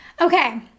Okay